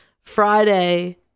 Friday